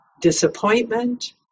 Disappointment